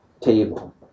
table